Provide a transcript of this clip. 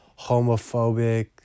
homophobic